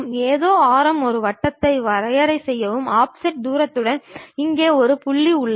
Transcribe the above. ஏதோ ஆரம் ஒரு வட்டத்தை வரையும்போது ஆஃப்செட் தூரத்துடன் இங்கே ஒரு புள்ளி உள்ளது